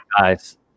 guys